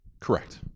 Correct